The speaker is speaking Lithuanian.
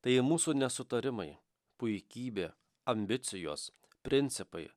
tai mūsų nesutarimai puikybė ambicijos principai